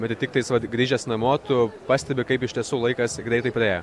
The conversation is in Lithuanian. ir tiktais vat grįžęs namo tu pastebi kaip iš tiesų laikas greitai praėjo